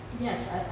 Yes